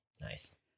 Nice